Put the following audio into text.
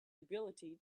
ability